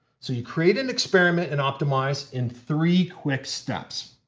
so you create an experiment in optimize in three quick steps.